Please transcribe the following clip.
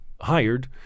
hired